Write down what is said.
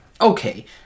Okay